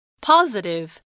Positive